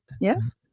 Yes